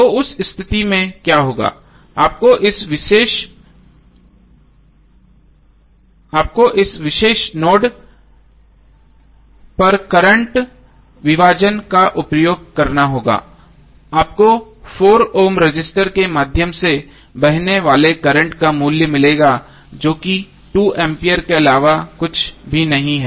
तो उस स्थिति में क्या होगा आपको इस विशेष नोड पर करंट विभाजन का उपयोग करना होगा आपको 4 ओम रजिस्टर के माध्यम से बहने वाले करंट का मूल्य मिलेगा जो कि 2 एम्पीयर के अलावा कुछ भी नहीं है